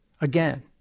Again